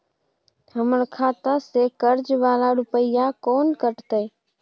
हमर खाता से कर्जा वाला रुपिया केना कटते?